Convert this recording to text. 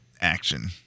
action